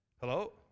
Hello